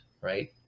right